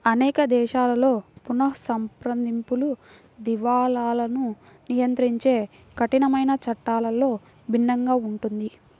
అనేక దేశాలలో పునఃసంప్రదింపులు, దివాలాను నియంత్రించే కఠినమైన చట్టాలలో భిన్నంగా ఉంటుంది